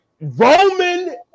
Roman